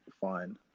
fine